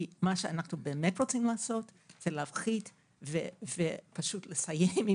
מה שאנחנו באמת רוצים לעשות זה להפחית ולסיים את